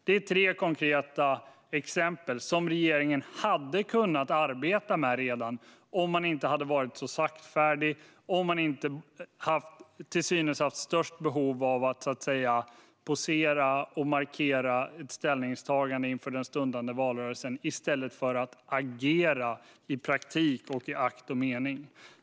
Det är tre konkreta exempel som regeringen redan hade kunnat arbeta med om den inte hade varit så saktfärdig och inte till synes haft störst behov av att posera och markera ett ställningstagande inför den stundande valrörelsen i stället för att agera i praktik och i akt och mening.